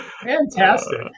Fantastic